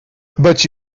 but